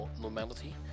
normality